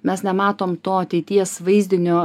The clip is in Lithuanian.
mes nematom to ateities vaizdinio